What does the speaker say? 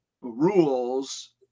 rules